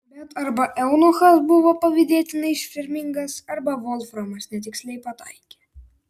bet arba eunuchas buvo pavydėtinai ištvermingas arba volframas netiksliai pataikė